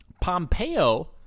Pompeo